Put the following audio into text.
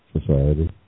society